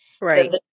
right